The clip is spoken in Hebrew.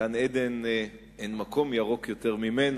גן-עדן, אין מקום יותר ירוק ממנו.